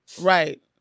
right